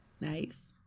nice